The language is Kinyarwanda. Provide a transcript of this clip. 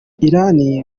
iran